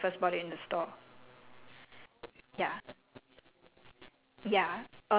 they are quite precious to me in a sense that they are they are worth more to me than when I first bought it at the store